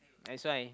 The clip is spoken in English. that's why